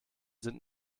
sind